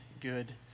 good